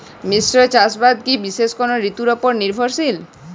মিশ্র চাষাবাদ কি বিশেষ কোনো ঋতুর ওপর নির্ভরশীল?